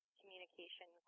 communication